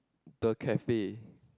the cafe